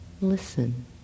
listen